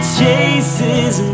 chases